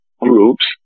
groups